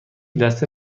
دسته